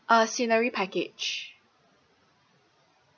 uh scenery package